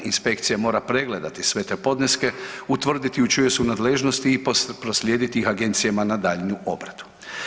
Inspekcija mora pregledati sve te podneske, utvrditi u čijoj su nadležnosti i proslijediti ih agencijama na daljnju obradu.